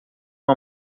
uma